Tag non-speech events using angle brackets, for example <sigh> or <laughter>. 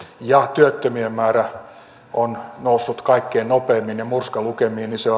ja työttömien määrä on noussut kaikkein nopeimmin ja murskalukemiin niin se <unintelligible>